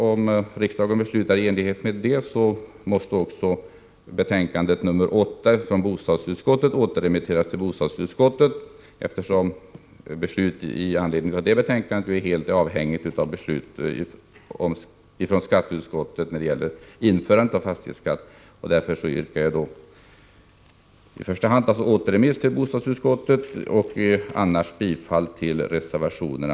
Om riksdagen beslutar i enlighet med det yrkandet är det självklart att också betänkande nr 8 från bostadsutskottet återremitteras till bostadsutskottet, eftersom beslutet i anledning av det betänkandet är helt avhängigt av beslutet om införande av fastighetsskatt enligt skatteutskottets förslag. Därför yrkar jag i första hand på återremiss till bostadsutskottet och i andra hand bifall till reservationerna.